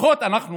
לפחות אנחנו